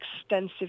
extensive